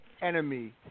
enemy